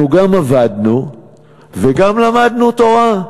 אנחנו גם עבדנו וגם למדנו תורה,